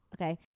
Okay